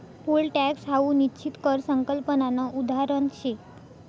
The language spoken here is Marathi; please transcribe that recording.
पोल टॅक्स हाऊ निश्चित कर संकल्पनानं उदाहरण शे